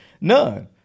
None